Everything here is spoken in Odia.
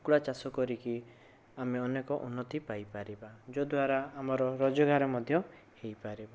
କୁକୁଡ଼ା ଚାଷ କରିକି ଆମେ ଅନେକ ଉନ୍ନତି ପାଇ ପାରିବା ଯଦ୍ଵାରା ଆମର ରୋଜଗାର ମଧ୍ୟ ହୋଇପାରେ